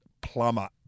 plumber